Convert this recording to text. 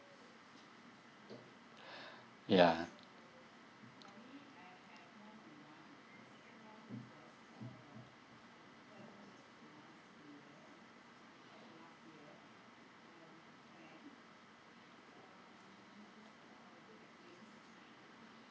ya